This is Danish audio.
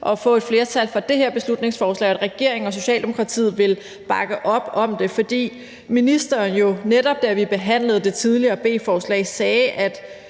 at få et flertal for det her beslutningsforslag, og at regeringen og Socialdemokratiet ville bakke op om det, fordi ministeren jo netop, da vi behandlede det tidligere B-forslag, sagde,